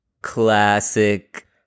Classic